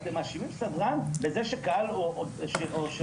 אתם מאשימים סדרן בזה שקהל --- לא,